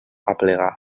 aplegar